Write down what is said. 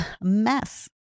mess